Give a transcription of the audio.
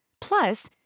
Plus